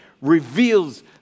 reveals